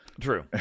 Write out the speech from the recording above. True